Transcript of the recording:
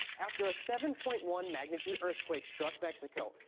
after a seven point one magnitude earth quake struck mexico,